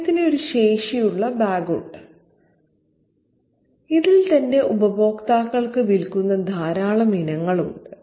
അദ്ദേഹത്തിന് ഒരു ശേഷിയുള്ള ബാഗ് ഉണ്ട് ഇതിൽ തന്റെ ഉപഭോക്താക്കൾക്ക് വിൽക്കുന്ന ധാരാളം ഇനങ്ങൾ ഉണ്ട്